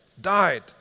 died